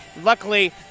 Luckily